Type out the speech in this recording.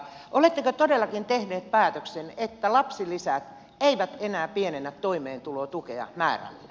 oletteko todellakin tehneet päätöksen että lapsilisät eivät enää pienennä toimeentulotukea määrällään